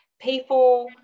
people